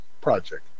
project